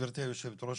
גבירתי היושבת-ראש,